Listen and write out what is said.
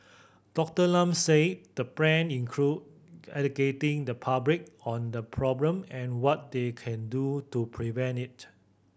Doctor Lam said the plan include educating the public on the problem and what they can do to prevent it